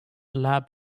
lab